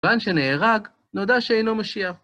כיוון שנהרג נודע שאינו משיח.